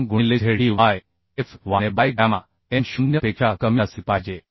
2 गुणिले zeyfy by gamma M 0पेक्षा कमी असली पाहिजे